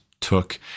took